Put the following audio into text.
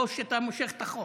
או שאתה מושך את החוק?